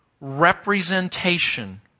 representation